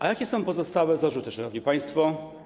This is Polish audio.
A jakie są pozostałe zarzuty, szanowni państwo?